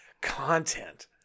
content